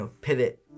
pivot